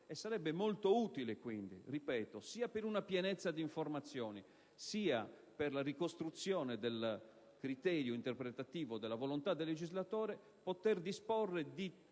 Sarebbe quindi molto utile, sia per la pienezza delle informazioni, sia per la ricostruzione del criterio interpretativo della volontà del legislatore, poter disporre di